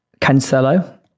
Cancelo